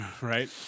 Right